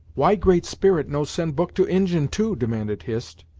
why great spirit no send book to injin, too? demanded hist,